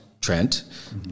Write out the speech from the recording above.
Trent